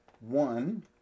One